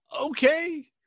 okay